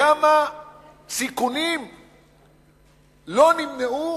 כמה סיכונים לא נמנעו